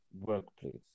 workplace